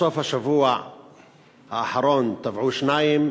בסוף השבוע האחרון טבעו שניים,